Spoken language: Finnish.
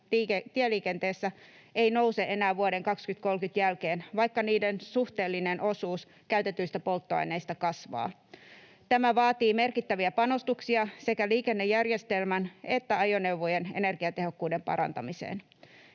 tieliikenteessä ei nouse enää vuoden 2030 jälkeen, vaikka niiden suhteellinen osuus käytetyistä polttoaineista kasvaa. Tämä vaatii merkittäviä panostuksia sekä liikennejärjestelmän että ajoneuvojen energiatehokkuuden parantamiseen.